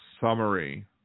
summary